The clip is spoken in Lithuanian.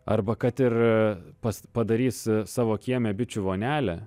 arba kad ir pas padarys savo kieme bičių vonelę